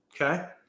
Okay